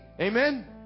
Amen